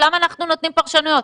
למה אנחנו נותנים פרשנויות?